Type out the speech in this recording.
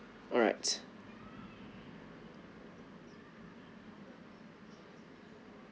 alright